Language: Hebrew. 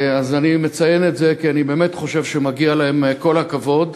אני מציין את זה כי אני באמת חושב שמגיע להם כל הכבוד.